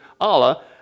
Allah